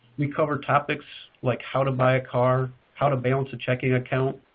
we cover topics like how to buy a car how to balance a checking account,